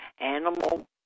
animal